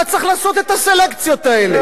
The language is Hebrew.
אתה צריך לעשות את הסלקציות האלה.